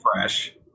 fresh